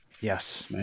Yes